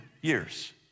years